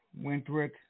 Wentworth